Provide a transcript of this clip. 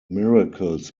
miracles